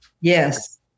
Yes